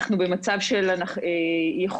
אנחנו במצב של יכולות,